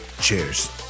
Cheers